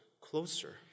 closer